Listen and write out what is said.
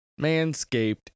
manscaped